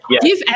give